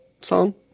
song